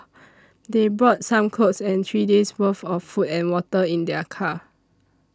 they brought some clothes and three days' worth of food and water in their car